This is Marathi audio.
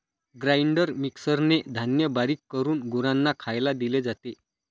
ग्राइंडर मिक्सरने धान्य बारीक करून गुरांना खायला दिले जाते